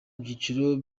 byiciro